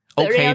ok